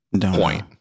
point